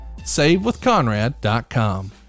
savewithconrad.com